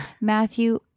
Matthew